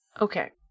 Okay